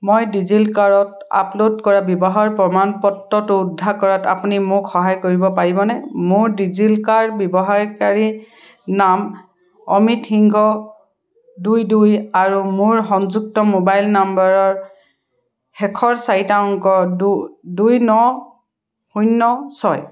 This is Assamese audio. মই ডিজি লকাৰত আপলোড কৰা বিবাহৰ প্ৰমাণপত্ৰটো উদ্ধাৰ কৰাত আপুনি মোক সহায় কৰিব পাৰিবনে মোৰ ডিজি লকাৰ ব্যৱহাৰকাৰীৰ নাম অমিত সিংহ দুই দুই আৰু মোৰ সংযুক্ত মোবাইল নম্বৰৰ শেষৰ চাৰিটা অংক দু দুই ন শূন্য ছয়